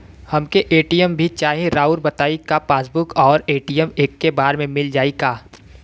हमके ए.टी.एम भी चाही राउर बताई का पासबुक और ए.टी.एम एके बार में मील जाई का?